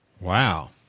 Wow